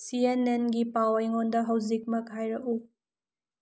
ꯁꯤ ꯑꯦꯟ ꯑꯦꯟꯒꯤ ꯄꯥꯎ ꯑꯩꯉꯣꯟꯗ ꯍꯧꯖꯤꯛꯃꯛ ꯍꯥꯏꯔꯛꯎ